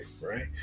right